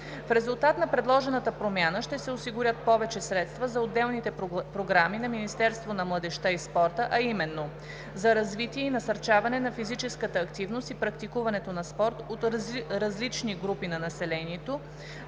В резултат на предложената промяна ще се осигурят повече средства за отделните програми на Министерството на младежта и спорта, а именно: за развитие и насърчаване на физическата активност и практикуването на спорт от различни групи на населението;